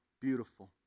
beautiful